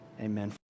Amen